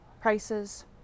prices